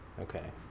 okay